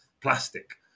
plastic